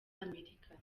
amerika